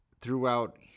throughout